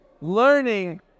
learning